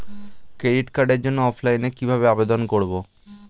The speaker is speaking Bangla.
ক্রেডিট কার্ডের জন্য অফলাইনে কিভাবে আবেদন করব?